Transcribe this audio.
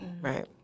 right